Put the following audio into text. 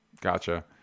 Gotcha